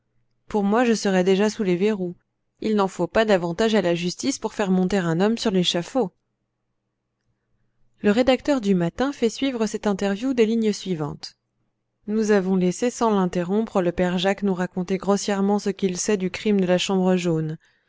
pour moi je serais déjà sous les verrous il n'en faut pas davantage à la justice pour faire monter un homme sur l'échafaud le rédacteur du matin fait suivre cette interview des lignes suivantes nous avons laissé sans l'interrompre le père jacques nous raconter grossièrement ce qu'il sait du crime de la chambre jaune